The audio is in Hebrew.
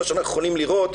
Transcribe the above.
מה שאנחנו יכולים לראות,